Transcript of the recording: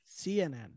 CNN